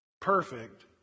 perfect